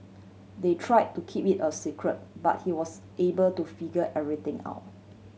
they try to keep it a secret but he was able to figure everything out